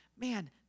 man